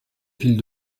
ville